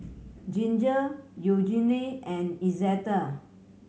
Ginger Eugene and Izetta